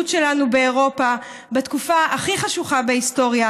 שלנו באירופה בתקופה הכי חשוכה בהיסטוריה,